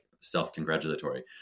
self-congratulatory